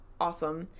awesome